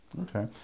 Okay